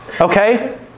Okay